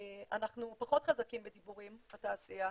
אנחנו פחות חזקים בדיבורים, התעשייה,